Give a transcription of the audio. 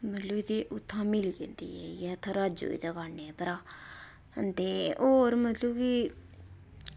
मतलब कि उत्थां मिली जंदी जाइयै ते उत्थां राजू दी दकानै परा ते होर मतलब कि